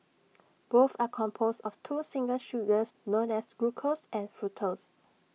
both are composed of two simple sugars known as glucose and fructose